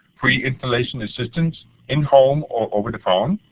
free installation assistance in home or over the phone.